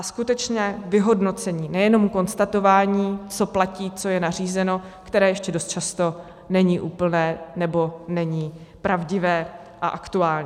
Skutečně vyhodnocení, nejenom konstatování, co platí, co je nařízeno, které ještě dost často není úplné nebo není pravdivé a aktuální.